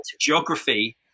geography